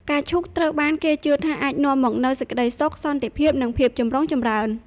ផ្កាឈូកត្រូវបានគេជឿថាអាចនាំមកនូវសេចក្តីសុខ សន្តិភាព និងភាពចម្រុងចម្រើន។